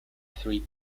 three